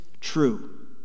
true